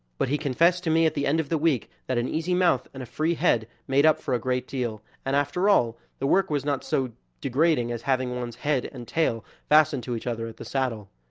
but he confessed to me at the end of the week that an easy mouth and a free head made up for a great deal, and after all, the work was not so degrading as having one's head and tail fastened to each other at the saddle.